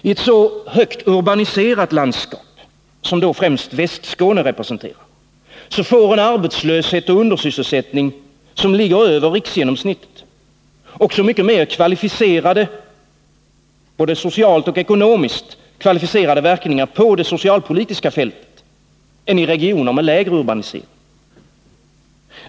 I ett så starkt urbaniserat landskap, främst Västskåne, får en arbetslöshet och undersysselsättning som ligger över riksgenomsnittet både socialt och ekonomiskt mycket mer kvalificerade verkningar på det socialpolitiska fältet än vad som skulle bli fallet i regioner med en lägre grad av urbanisering.